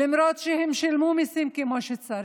למרות שהם שילמו מיסים כמו שצריך.